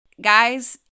Guys